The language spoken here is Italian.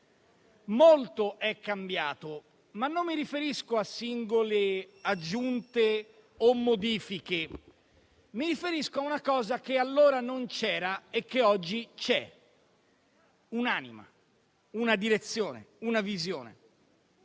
Molto è cambiato, ma non mi riferisco a singole aggiunte o modifiche; mi riferisco a una cosa che allora non c'era e che oggi c'è: un'anima, una direzione, una visione.